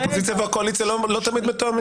האופוזיציה והקואליציה לא תמיד מתואמות.